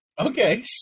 okay